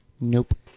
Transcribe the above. nope